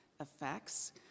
effects